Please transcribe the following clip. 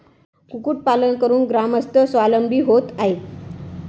कुक्कुटपालन करून ग्रामस्थ स्वावलंबी होत आहेत